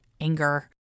anger